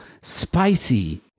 Spicy